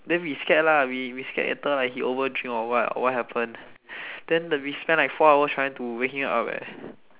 then we scared lah we we scared later he over drink or what or what happen then we spend like four hours trying to wake him up leh